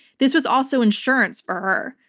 this was also insurance for her.